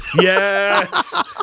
Yes